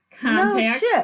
contact